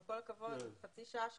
עם כל הכבוד חצי שעה שמענו,